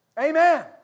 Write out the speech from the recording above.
Amen